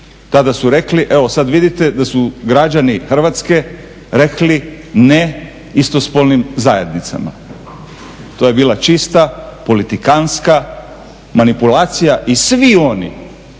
tada su rekli evo sada vidite da su građani Hrvatske rekli ne istospolnim zajednicama. To je bila čista politikanska manipulacija. I svi oni